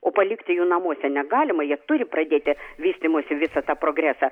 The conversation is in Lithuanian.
o palikti jų namuose negalima jie turi pradėti vystymosi visą tą progresą